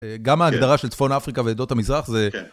גם ההגדרה של צפון אפריקה ועדות המזרח זה...